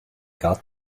got